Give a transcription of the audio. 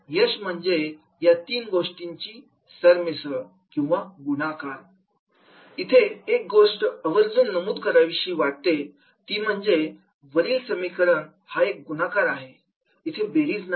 म्हणून यश म्हणजे या तीन गोष्टींची सरमिसळ आहे S A x M x O इथे एक गोष्ट आवर्जून नमूद करावीशी वाटते ती म्हणजे वरील समीकरण हा एक गुणाकार आहे इथे बेरीज नाही